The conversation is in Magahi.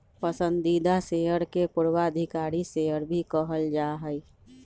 पसंदीदा शेयर के पूर्वाधिकारी शेयर भी कहल जा हई